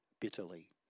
bitterly